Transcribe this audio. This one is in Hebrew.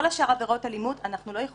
לא לגבי עבירות אלימות.